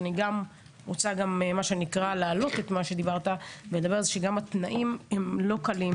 אני רוצה להעלות את מה שדיברת ולומר שגם התנאים לא קלים,